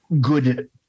good